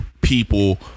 people